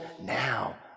now